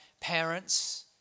parents